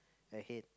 ahead